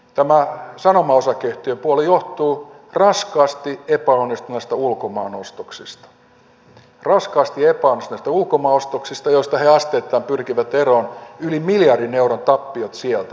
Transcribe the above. tämä sanoma osakeyhtiön puoli johtuu raskaasti epäonnistuneista ulkomaanostoksista raskaasti epäonnistuneista ulkomaanostoksista joista he asteittain pyrkivät eroon yli miljardin euron tappiot sieltä